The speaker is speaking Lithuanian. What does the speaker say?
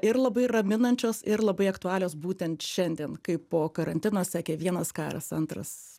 ir labai raminančios ir labai aktualios būtent šiandien kai po karantino sekė vienas karas antras